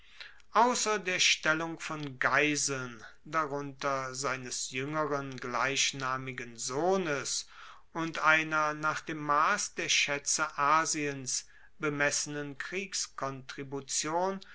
ausser der stellung von geiseln darunter seines juengeren gleichnamigen sohnes und einer nach dem mass der schaetze asiens bemessenen